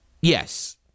yes